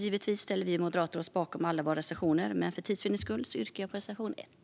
Givetvis ställer vi moderater oss bakom alla våra reservationer, men för tids vinnande yrkar jag bifall endast till reservation 1.